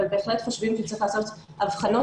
אבל בהחלט חושבים שצריך לעשות הבחנות